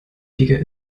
wichtiger